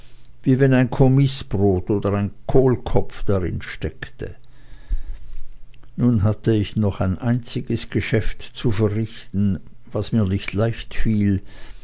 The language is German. wie wenn ein kommißbrot oder ein kohlkopf darinsteckte nun hatte ich noch ein einziges geschäft zu verrichten das mir nicht leichtfiel